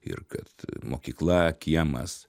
ir kad mokykla kiemas